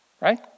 Right